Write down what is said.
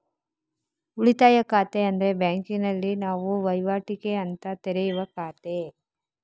ಉಳಿತಾಯ ಖಾತೆ ಅಂದ್ರೆ ಬ್ಯಾಂಕಿನಲ್ಲಿ ನಾವು ವೈವಾಟಿಗೆ ಅಂತ ತೆರೆಯುವ ಖಾತೆ